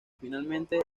finalmente